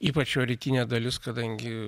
ypač jo rytin dalis kadangi